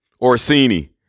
Orsini